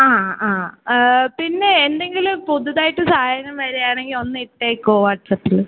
ആ ആ പിന്നേ എന്തെങ്കിലും പുതുതായിട്ട് സാധനം വരുകയാണെങ്കിൽ ഒന്ന് ഇട്ടേക്കുമോ വാട്സപ്പിൽ